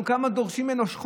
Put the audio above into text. כמה אנחנו דורשים ממנו?